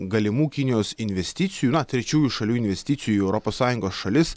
galimų kinijos investicijų na trečiųjų šalių investicijų į europos sąjungos šalis